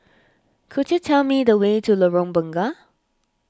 could you tell me the way to Lorong Bunga